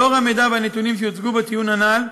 לאור המידע והנתונים שהוצגו בדיון הנ"ל,